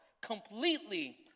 completely